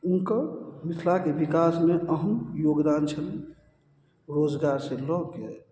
हुनकर मिथिलाके विकासमे अहम योगदान छलनि रोजगारसँ लए कऽ